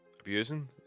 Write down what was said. Abusing